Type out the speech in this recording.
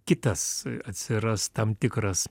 kitas atsiras tam tikras